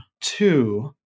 Two